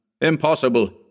Impossible